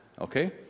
okay